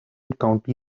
county